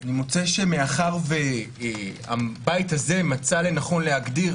אני מוצא שמאחר שהבית הזה מצא לנכון להגדיר